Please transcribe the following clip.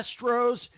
Astros